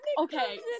Okay